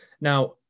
Now